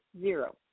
zero